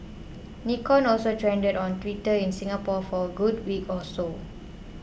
Nikon also trended on Twitter in Singapore for a good week or so